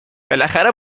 بالاخره